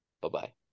bye-bye